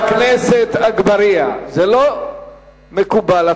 הכנסת אגבאריה, זה לא מקובל.